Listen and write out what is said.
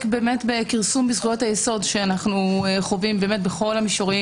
בכרסום בזכויות היסוד שאנו חווים בכל המישורים,